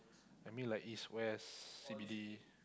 I mean like East West C_B_D